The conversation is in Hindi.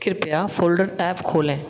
कृपया फोल्डर ऐप खोलें